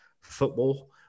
football